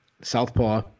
Southpaw